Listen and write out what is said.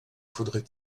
faudrait